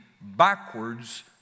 backwards